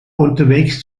unterwegs